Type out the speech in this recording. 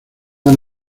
han